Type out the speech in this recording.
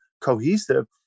cohesive